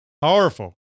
Powerful